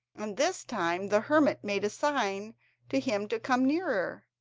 and this time the hermit made a sign to him to come nearer.